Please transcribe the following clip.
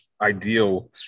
ideal